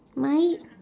mine